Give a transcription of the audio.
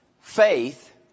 faith